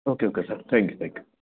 okay okay sir thank you thank you